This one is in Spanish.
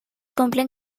cumplen